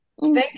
Thank